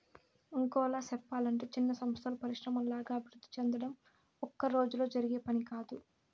ఇంకోలా సెప్పలంటే చిన్న సంస్థలు పరిశ్రమల్లాగా అభివృద్ధి సెందడం ఒక్కరోజులో జరిగే పని కాదు